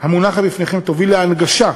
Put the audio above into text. המונחת בפניכם תוביל להנגשה,